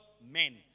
men